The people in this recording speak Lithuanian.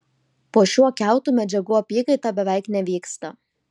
po šiuo kiautu medžiagų apykaita beveik nevyksta